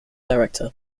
director